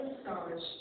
stars